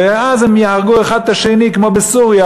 ואז הם יהרגו אחד את השני כמו בסוריה,